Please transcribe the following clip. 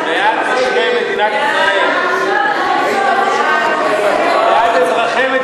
שוב ושוב אתה מרמה את